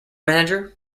manager